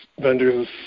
vendors